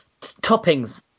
toppings